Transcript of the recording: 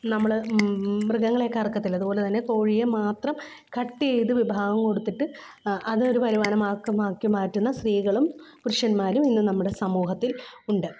നമ്മൾ മൃഗങ്ങളെയൊക്കെ അറക്കത്തില്ലേ അതുപോലെ തന്നെ കോഴിയെ മാത്രം കട്ട് ചെയ്തു വിഭാഗം കൊടുത്തിട്ട് അത് ഒരു വരുമാനമാക്കി മാറ്റുന്ന സ്ത്രീകളും പുരുഷന്മാരും ഇന്ന് നമ്മുടെ സമൂഹത്തില് ഉണ്ട്